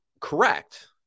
correct